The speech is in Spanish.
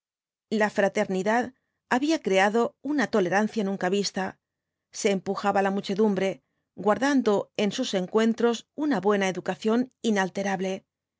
la fraternidad había creado una tolerancia nunca vista se empujaba la muchedumbre guardando en sus encuentros una buena educación inalterable